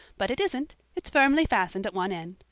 but it isn't it's firmly fastened at one end.